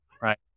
right